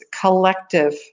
collective